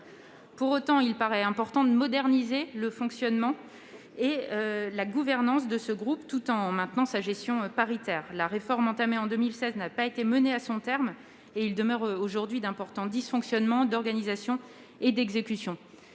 Pour autant, il paraît important de moderniser le fonctionnement et la gouvernance de ce groupe, tout en maintenant sa gestion paritaire. La réforme engagée en 2016 n'a pas été menée à son terme : demeurent d'importants dysfonctionnements d'organisation et d'exécution.